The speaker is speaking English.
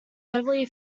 heavily